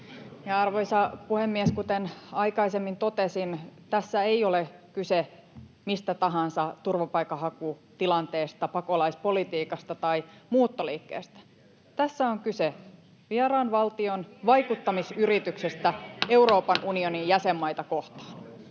Arvoisa puhemies! Kuten aikaisemmin totesin, tässä ei ole kyse mistä tahansa turvapaikanhakutilanteesta, pakolaispolitiikasta tai muuttoliikkeestä. Tässä on kyse vieraan valtion vaikuttamisyrityksestä [Perussuomalaisten